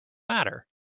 matter